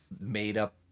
made-up